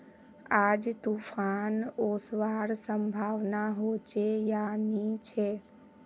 आज तूफ़ान ओसवार संभावना होचे या नी छे?